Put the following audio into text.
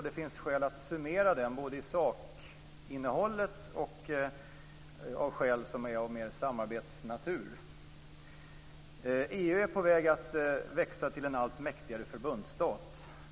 Det finns skäl att summera både sakinnehållet och sådant som är av samarbetsnatur. EU är på väg att växa till en allt mäktigare förbundsstat.